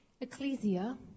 Ecclesia